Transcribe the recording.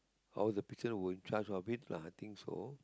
how the person will charge of it lah I think so